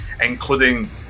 including